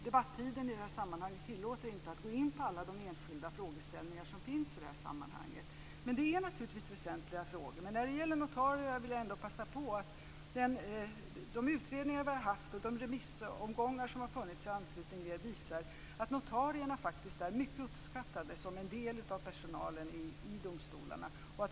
Debattiden tillåter mig inte att gå in på alla enskilda frågeställningar som finns i detta sammanhang. Det är naturligtvis väsentliga frågor. Men när det gäller notarier vill jag passa på att säga att de utredningar som vi har haft och de remissomgångar som har skett i anslutning till dessa visar att notarierna faktiskt är mycket uppskattade som en del av personalen i domstolarna.